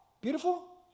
beautiful